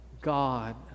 God